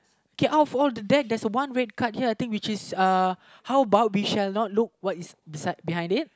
okay out of all the deck there's a one red card here I think which is uh how about we shall not look what is beside behind it